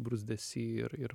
bruzdesį ir ir